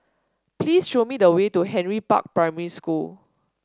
please show me the way to Henry Park Primary School